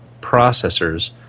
processors